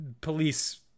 police